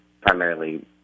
primarily